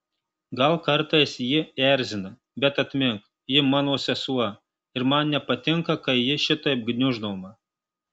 gal kartais ji erzina bet atmink ji mano sesuo ir man nepatinka kai ji šitaip gniuždoma